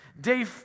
Day